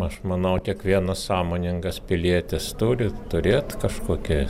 aš manau kiekvienas sąmoningas pilietis turi turėt kažkokį